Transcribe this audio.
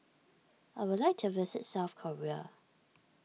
I would like to visit South Korea